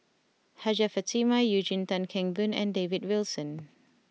Hajjah Fatimah Eugene Tan Kheng Boon and David Wilson